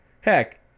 heck